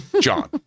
John